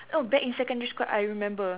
oh back in secondary school I remember